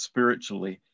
Spiritually